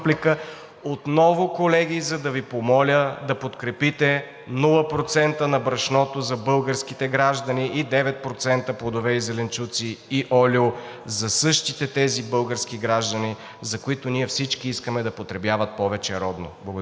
колеги, за да Ви помоля отново да подкрепите 0% на брашното за български граждани и 9% ДДС за плодове и зеленчуци и олио за същите тези български граждани, за които всички искаме да потребяват повече родно. Благодаря Ви.